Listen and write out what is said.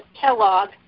Kellogg